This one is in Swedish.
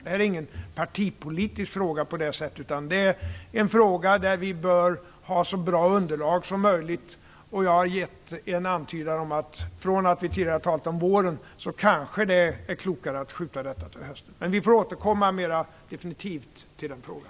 Det här är ingen partipolitisk fråga, utan det är en fråga där vi bör ha ett så bra underlag som möjligt. Jag har gett en antydan om att det kanske är klokare att skjuta detta till hösten, från våren, som vi tidigare har talat om. Vi får återkomma mera definitivt till den frågan.